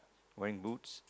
wearing boots